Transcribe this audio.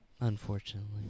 Unfortunately